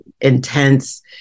intense